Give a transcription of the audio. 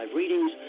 readings